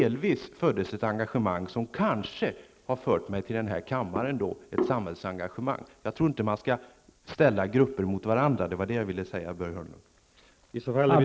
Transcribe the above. Det var delvis då som det föddes ett samhällsengagemang hos mig som kanske har fört mig till denna kammare. Man skall inte ställa grupper mot varandra, och det var vad jag ville säga, Börje Hörnlund.